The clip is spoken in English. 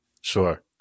Sure